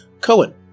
Cohen